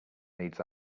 needs